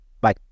Bye